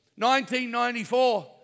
1994